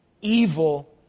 evil